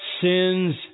sins